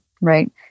right